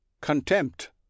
Contempt